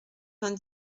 vingt